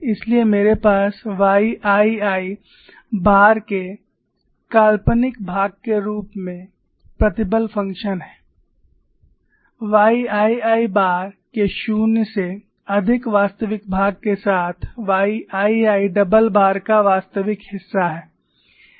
इसलिए मेरे पास YII बार के काल्पनिक भाग के रूप में प्रतिबल फ़ंक्शन है YII बार के शून्य से अधिक वास्तविक भाग के साथ YII डबल बार का वास्तविक हिस्सा है